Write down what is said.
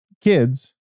kids